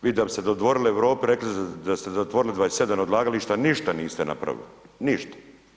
Vi da bi se dodvorili Europi, rekli da ste zatvorili 27 odlagališta, ništa niste napravili, ništa.